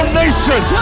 nation